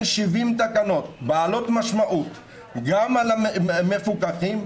70 תקנות בעלות משמעות גם על המפוקחים,